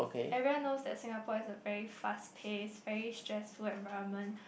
everyone knows that Singapore is a very fast pace very stressful environment